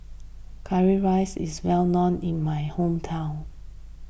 Currywurst is well known in my hometown